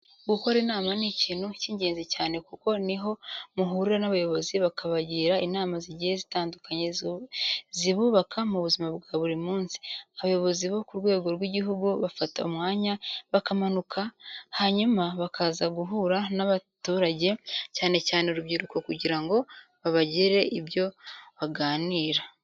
Gukora inama ni ikintu cy'ingezi cyane kuko ni ho muhurira n'abayobozi bakabagira inama zigiye zitandukanye zibubaka mu buzima bwa buri munsi. Abayobozi bo ku rwego rw'igihugu bafata umwanya bakamanuka, hanyuma bakaza guhura n'abaturage, cyane cyane urubyiruko kugira ngo bagire ibyo baganira.